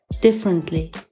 differently